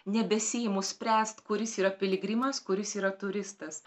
nebesiimu spręst kuris yra piligrimas kuris yra turistas